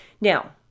Now